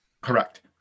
correct